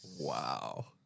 Wow